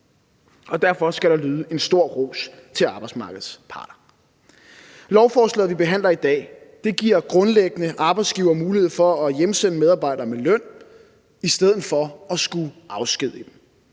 derfor skal der lyde en stor ros til arbejdsmarkedets parter. Lovforslaget, vi behandler i dag, giver grundlæggende arbejdsgivere mulighed for at hjemsende medarbejdere med løn i stedet for at skulle afskedige dem,